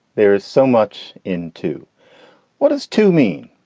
there is so much into what is to mean.